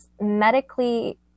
medically